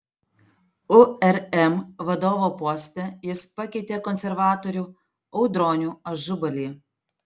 urm vadovo poste jis pakeitė konservatorių audronių ažubalį